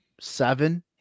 seven